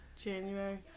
January